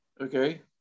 okay